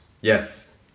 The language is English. Yes